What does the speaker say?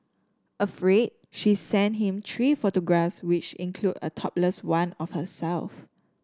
afraid she sent him three photographs which include a topless one of herself